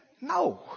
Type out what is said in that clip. no